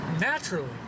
naturally